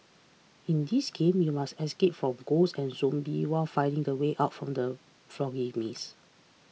in this game you must escape from ghosts and zombies while finding the way out from the foggy maze